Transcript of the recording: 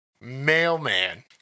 Mailman